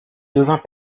devint